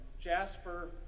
jasper